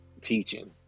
teaching